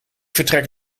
vertrek